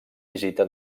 visita